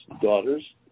daughters